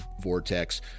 Vortex